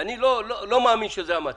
אני לא מאמין שזה המצב.